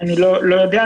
אני לא יודע,